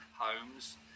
homes